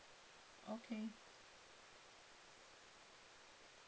okay